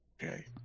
Okay